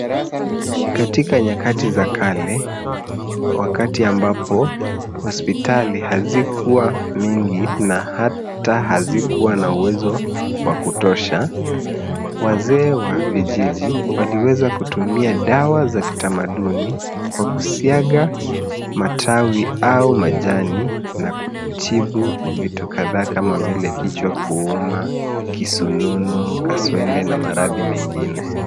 Katika nyakati za kale wakati ambapo hospitali hazikuwa mingi na hata hazikuwa na uwezo wa kutosha, wazeee wa vijiji waliweza kutumia dawa za kitamaduni kwa kusiaga matawi au majani na kutibu vitu kadhaa kama vile kichwa kuuma , kisununu, kaswende na maradhi mengine.